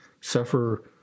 suffer